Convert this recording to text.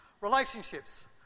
Relationships